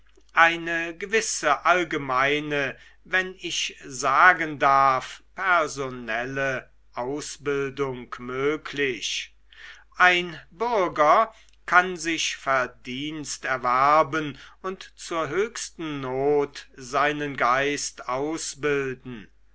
eine gewisse allgemeine wenn ich sagen darf personelle ausbildung möglich ein bürger kann sich verdienst erwerben und zur höchsten not seinen geist ausbilden